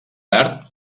tard